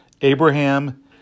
Abraham